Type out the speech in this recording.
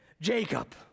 Jacob